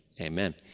amen